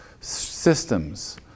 systems